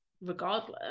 regardless